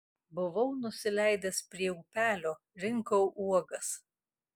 buvau nusileidęs prie upelio rinkau uogas